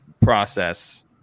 process